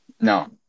No